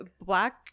black